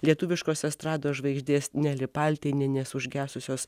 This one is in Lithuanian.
lietuviškos estrados žvaigždės neli paltinienės užgesusios